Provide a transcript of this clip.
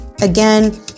Again